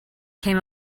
came